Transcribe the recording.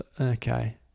Okay